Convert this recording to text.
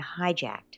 hijacked